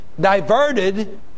diverted